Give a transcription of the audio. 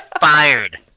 fired